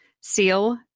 Seal